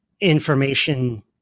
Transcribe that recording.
information